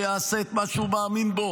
שיעשה את מה שהוא מאמין בו.